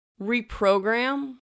reprogram